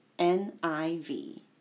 N-I-V